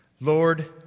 Lord